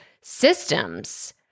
systems